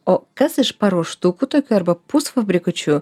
o kas iš paruoštukų tokių arba pusfabrikačių